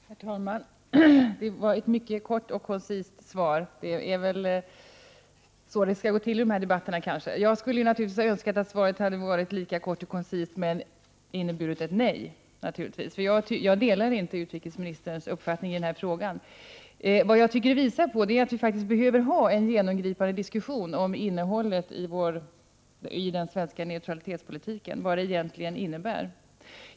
Herr talman! Det var ett mycket kort och koncist svar. Det är väl kanske så det skall gå till i de här debatterna. Jag skulle naturligtvis ha önskat att svaret hade varit ett lika kort och koncist nej. Jag delar nämligen inte utrikesministerns uppfattning i den här frågan. Jag tycker att svaret visar på att vi behöver ha en genomgripande diskussion om innehållet i den svenska neutralitetspolitiken, om vad den egentligen innebär.